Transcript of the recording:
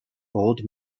old